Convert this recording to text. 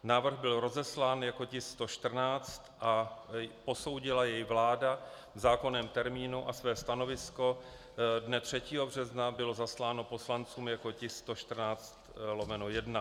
Návrh byl rozeslán jako tisk 114 a posoudila jej vláda v zákonném termínu a své stanovisko dne 3. března bylo zasláno poslancům jako tisk 114/1.